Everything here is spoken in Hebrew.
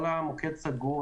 כל המוקד סגור.